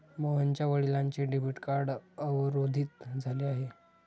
मोहनच्या वडिलांचे debit card अवरोधित झाले आहे